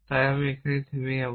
তাই আমি এখানেই থেমে যাব